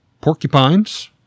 porcupines